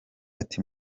ati